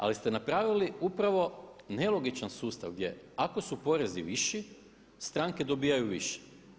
Ali ste napravili upravo nelogičan sustav jer ako su porezi viši stranke dobivaju više.